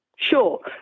Sure